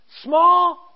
small